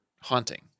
haunting